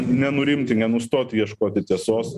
nenurimti nenustoti ieškoti tiesos